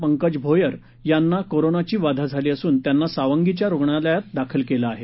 पंकज भोयर यांना कोरोनाची बाधा झाली असून त्यांना सावंगीच्या रुग्णालयात दाखल केलं आहे